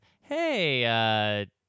Hey